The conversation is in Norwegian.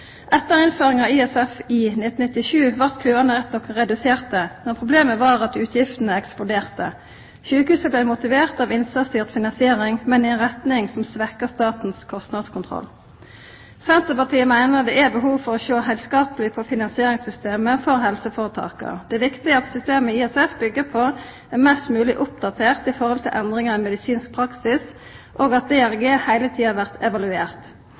Etter innføringa av ISF i 1997 blei køane rett nok reduserte, men problemet var at utgiftene eksploderte. Sjukehusa blei motiverte av innsatsstyrt finansiering, men i ei retning som svekte statens kostnadskontroll. Senterpartiet meiner det er behov for å sjå heilskapleg på finansieringssystemet for helseføretaka. Det er viktig at systemet ISF byggjer på, er mest mogleg oppdatert i forhold til endringar i medisinsk praksis, og at DRG heile tida blir evaluert.